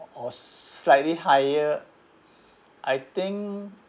or slightly higher I think